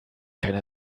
keine